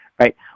right